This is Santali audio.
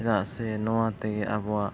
ᱪᱮᱫᱟᱜ ᱥᱮ ᱱᱚᱣᱟ ᱛᱮᱜᱮ ᱟᱵᱚᱣᱟᱜ